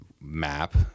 map